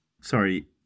Sorry